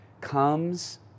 comes